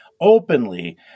openly